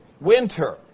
winter